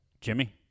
Jimmy